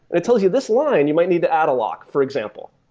it tells, you this line, you might need to add a lock, for example.